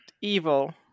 evil